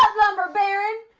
lumber baron!